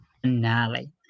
finale